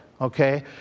Okay